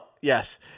Yes